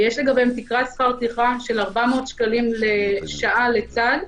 יש לגביהם תקרת שכר טרחה של 400 שקלים לשעה לצד,